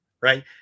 right